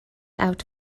out